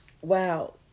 Wow